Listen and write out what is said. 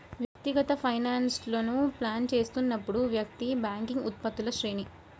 వ్యక్తిగత ఫైనాన్స్లను ప్లాన్ చేస్తున్నప్పుడు, వ్యక్తి బ్యాంకింగ్ ఉత్పత్తుల శ్రేణి